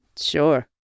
Sure